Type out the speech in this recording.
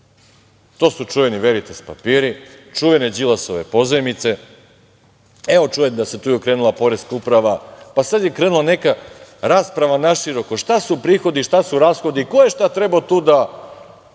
To su čuveni Veritas papiri, čuvene Đilasove pozajmice. Čujem da se tu okrenula Poreska uprava pa sada je krenula neka rasprava naširoko – šta su prihodi, šta su rashodi, ko je šta trebao tu da